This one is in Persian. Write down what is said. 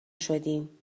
شدیم